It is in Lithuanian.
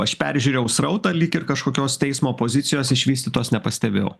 aš peržiūrėjau srautą lyg ir kažkokios teismo pozicijos išvystytos nepastebėjau